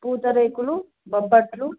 పూతరేకులు బొబ్బట్లు